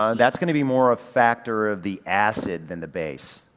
ah that's gonna be more a factor of the acid than the base.